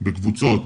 בקבוצות.